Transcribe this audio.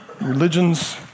Religions